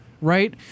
right